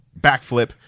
backflip